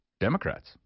Democrats